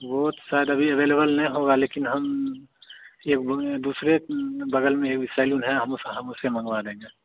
वह शायद अभी अवेलेबल नहीं होगा लेकिन हम एक वह दूसरे बगल में भी सेलून है हम उस हम उससे मँगवा देंगे